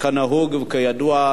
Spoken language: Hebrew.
כנהוג וכידוע,